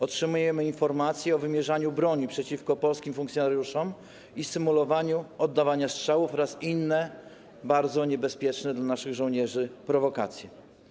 Otrzymujemy informacje o wymierzaniu broni przeciwko polskim funkcjonariuszom i symulowaniu oddawania strzałów oraz o innych, bardzo niebezpiecznych dla naszych żołnierzy prowokacjach.